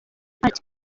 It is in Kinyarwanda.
ati